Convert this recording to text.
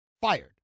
Fired